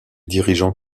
dirigeants